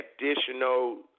additional